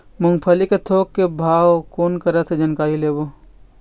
मूंगफली के थोक के भाव कोन करा से जानकारी लेबो?